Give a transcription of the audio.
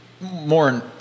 more